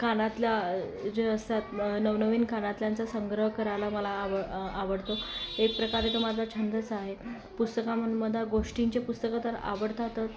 कानातले जे असतात नवनवीन कानातल्यांचा संग्रह करायला मला आवड आवडतं एक प्रकारे तो माझा छंदच आहे पुस्तकांमधून मला गोष्टींचे पुस्तकं तर आवडतातच